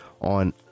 on